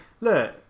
Look